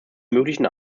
möglichen